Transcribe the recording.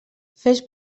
fes